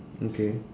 okay